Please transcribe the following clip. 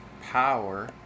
power